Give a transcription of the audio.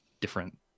different